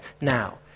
Now